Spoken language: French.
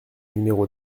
numéro